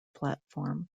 platform